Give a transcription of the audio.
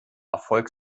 erfolg